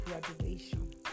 graduation